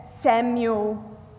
Samuel